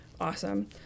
awesome